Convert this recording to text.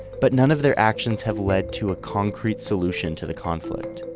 but none of their actions have led to a concrete solution to the conflict.